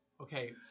Okay